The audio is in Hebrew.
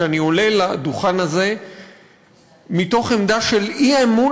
שאני עולה לדוכן הזה מתוך עמדה של אי-אמון